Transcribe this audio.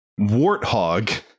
warthog